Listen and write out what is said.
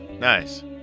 Nice